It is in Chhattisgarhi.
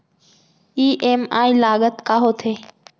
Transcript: ई.एम.आई लागत का होथे?